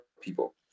people